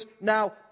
now